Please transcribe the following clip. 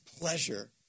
pleasure